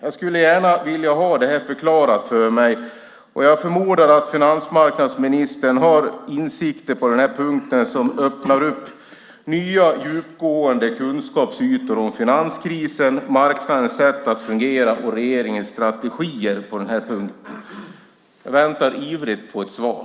Jag skulle gärna vilja ha detta förklarat för mig, och jag förmodar att finansmarknadsministern har insikter på denna punkt som öppnar nya djupgående kunskapsytor om finanskrisen, marknadens sätt att fungera och regeringens strategier på denna punkt. Jag väntar ivrigt på ett svar.